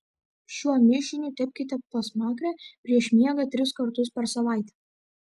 šiuo mišiniu tepkite pasmakrę prieš miegą tris kartus per savaitę